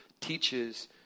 teaches